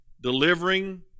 delivering